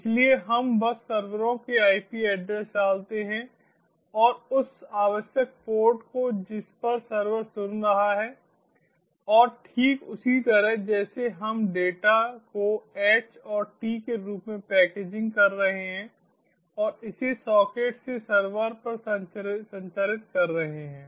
इसलिए हम बस सर्वरों के आईपी एड्रेस डालते हैं और उस आवश्यक पोर्ट को जिस पर सर्वर सुन रहा है और ठीक उसी तरह जैसे हम डेटा को h और t के रूप में पैकेजिंग कर रहे हैं और इसे सॉकेट से सर्वर पर संचारित कर रहे हैं